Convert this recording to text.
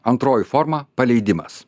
antroji forma paleidimas